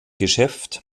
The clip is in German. geschäft